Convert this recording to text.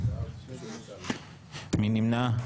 מי נמנע?